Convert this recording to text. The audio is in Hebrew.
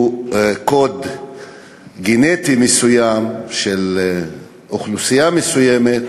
קוד גנטי מסוים של אוכלוסייה מסוימת,